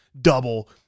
double